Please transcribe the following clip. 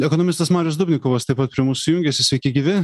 ekonomistas marius dubnikovas taip pat prie mūsų jungiasi sveiki gyvi